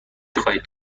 خواهید